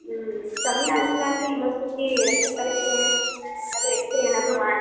ಹ್ಞೂ ಕಮ್ಮಿ ಆಗಿಲ್ಲ ಅಂದರೆ ಇನ್ನೊಂದ್ಸರ್ತಿ ರಕ್ತ ಪರೀಕ್ಷೆ ಏನಾದ್ರೂ ಎಕ್ಸ್ರೇ ಏನಾದರೂ ಮಾಡಿಸಿ